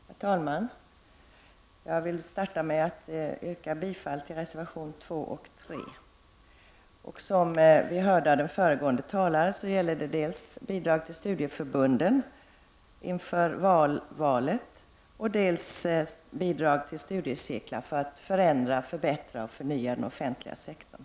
Herr talman! Jag vill starta med att yrka bifall till reservation 2 och 3. Som vi hörde av föregående talare gäller det dels bidrag till studieförbunden inför valet, dels bidrag till studiecirklar för att förändra, förbättra och förnya den offentliga sektorn.